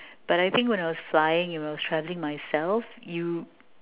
but I think when I was flying you know travelling myself you